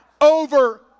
over